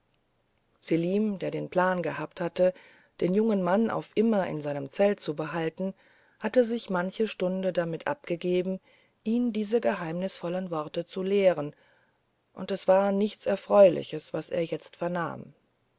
selim der den plan gehabt hatte den jungen mann auf immer in seinem zelt zu behalten hatte sich manche stunde damit abgegeben ihn diese geheimnisvollen worte zu lehren aber es war nichts erfreuliches was er jetzt vernahm